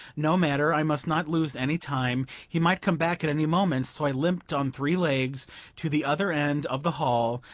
no matter, i must not lose any time he might come back at any moment so i limped on three legs to the other end of the hall,